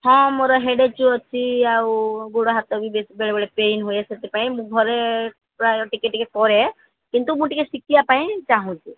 ହଁ ମୋର ହେଡେକ୍ ଅଛି ଆଉ ଗୋଡ଼ ହାତ ବି ବେଳେବେଳେ ପେନ୍ ହୁଏ ସେଥିପାଇଁ ମୁଁ ଘରେ ପ୍ରାୟ ଟିକେ ଟିକେ କରେ କିନ୍ତୁ ମୁଁ ଟିକେ ଶିଖିବା ପାଇଁ ଚାହୁଁଛି